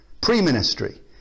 pre-ministry